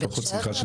בבאר שבע,